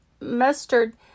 mustard